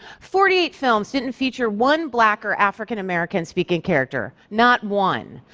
forty eight films didn't feature one black or african-american speaking character, not one.